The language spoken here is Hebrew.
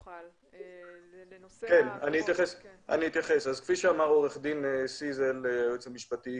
כפי שאמר עו"ד סיזל היועץ המשפטי